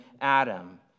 Adam